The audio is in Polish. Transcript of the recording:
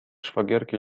szwagierki